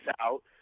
out